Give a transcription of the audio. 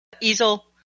easel